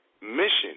mission